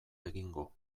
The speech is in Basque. egingo